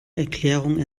erklärung